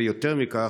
ויותר מכך,